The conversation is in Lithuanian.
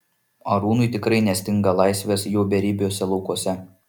arūnui tikrai nestinga laisvės jo beribiuose laukuose